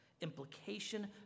implication